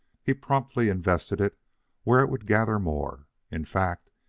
he promptly invested it where it would gather more in fact,